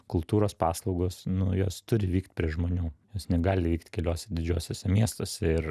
kultūros paslaugos nu jos turi vykt prie žmonių jos negali vykt keliuose didžiuosiuose miestuose ir